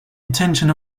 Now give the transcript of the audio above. attention